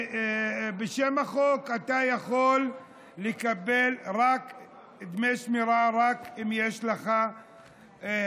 בשם החוק אתה יכול לקבל דמי שמירה רק אם יש לך רישיון.